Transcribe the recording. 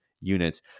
units